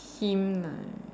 team lah